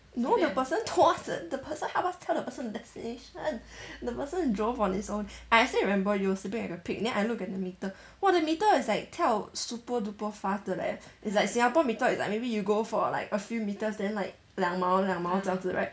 no the person told us the the person helped us tell the person the destination the person drove on his own I still remember you were sleeping like a pig then I look at the meter !wah! the meter is like 跳 super duper fast 的 leh it's like singapore meter is like maybe you go for like a few meters then like 两毛两毛这样子 right